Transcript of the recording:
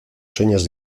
señas